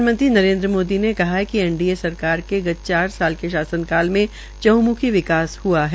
प्रधानमंत्री नरेन्द्र मोदी ने कहा है कि एनडीए सरकार के गत चार साल के शासनकाल में चहंमुखी विकास हआ है